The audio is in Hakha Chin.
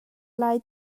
lai